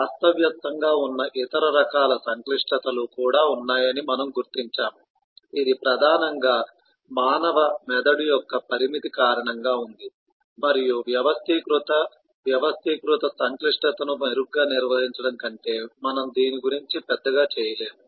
అస్తవ్యస్తంగా ఉన్న ఇతర రకాల సంక్లిష్టతలు కూడా ఉన్నాయని మనము గుర్తించాము ఇది ప్రధానంగా మానవ మెదడు యొక్క పరిమితి కారణంగా ఉంది మరియు వ్యవస్థీకృత వ్యవస్థీకృత సంక్లిష్టతను మెరుగ్గా నిర్వహించడం కంటే మనం దీని గురించి పెద్దగా చేయలేము